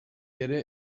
ere